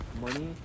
money